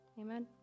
Amen